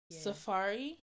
safari